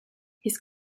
his